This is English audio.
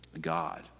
God